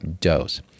dose